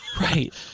Right